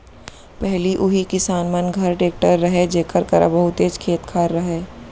पहिली उही किसान मन घर टेक्टर रहय जेकर करा बहुतेच खेत खार रहय